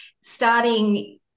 starting